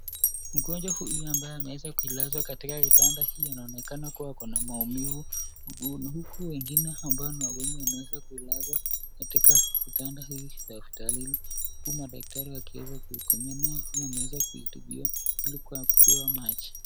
Mgonjwa huyu ambaye ameweza kuilazwa katika kitanda hii anaonekana kuwa ako na maumivu mguuni huku wengine ambao ni wagonjwa wameweza kuilazwa katika vitanda hii ya hospitalini. Huku madaktari wakiweza kuhukumia naye huyu ameweza kuitibiwa ilikuwa kupewa maji.